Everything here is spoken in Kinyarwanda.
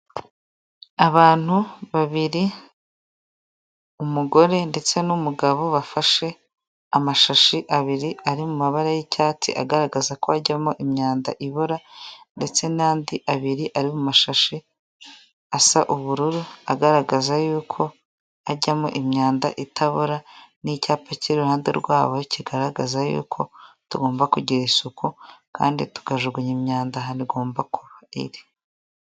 Abantu babiri umugore ndetse n'umugabo bafashe amashashi abiri ari mu mabara y'icyatsi agaragaza ko hajyamo imyanda ibora ndetse n'andi abiri ari mu mashashi asa ubururu agaragaza yuko ajyamo imyanda itabora n'icyapa kiri ihande rwabo kigaragaza yuko tugomba kugira isuku kandi tukajugunya imyanda ahantu igomba kuba iri.